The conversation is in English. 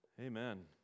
Amen